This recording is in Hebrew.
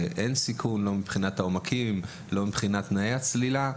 אין סיכון לא מבחינת העומקים ולא מבחינת תנאי הצלילה.